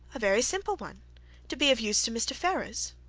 a very simple one to be of use to mr. ferrars.